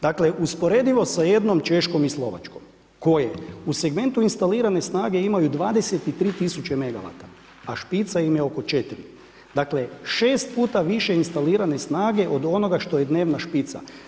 Dakle usporedivo s jednom Češkom i Slovačkom koje u segmentu instalirane snage imaju 23000 MW, a špica im je oko 4, dakle 6 puta više instalirane snage od onoga što je dnevna špica.